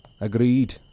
Agreed